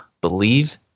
believe